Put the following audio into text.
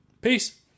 Peace